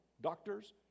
Doctors